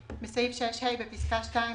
בסעיף 6(ה) בפסקה (2),